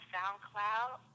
SoundCloud